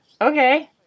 okay